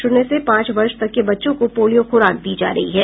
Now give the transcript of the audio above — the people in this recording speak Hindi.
शून्य से पांच वर्ष तक के बच्चों को पोलियो खुराक दी जा रही है